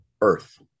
earth